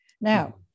Now